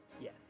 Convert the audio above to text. Yes